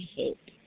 hope